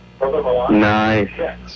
Nice